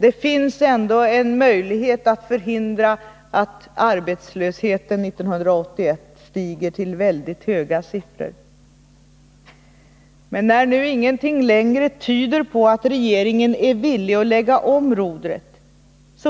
Det finns en möjlighet att förhindra att arbetslösheten 1981 stiger till väldigt höga siffror. Men när ingenting längre tyder på att regeringen är villig att lägga om rodret